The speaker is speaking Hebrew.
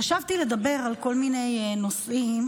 חשבתי לדבר על כל מיני נושאים,